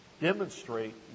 demonstrate